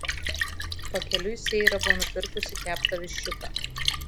pakeliui seira buvo nupirkusi keptą viščiuką